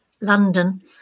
London